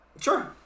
Sure